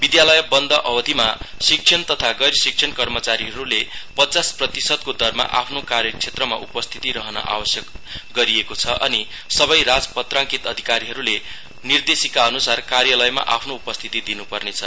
विद्यालय बन्ध अवधिमा शिक्षण तथा गैर शिक्षण कर्मचारीहरूले पच्चास प्रतिशतको दरमा आफ्नो कार्यक्षेत्रमा उपस्थित रहन आवश्यक गरिएको छ अनि सबै राजपत्रीत अधिकारीहरूले निर्देशिकाअनुसार कार्यालयमा आफ्नो उपस्थिति दिनुपर्नेछ